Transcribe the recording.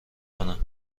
کنم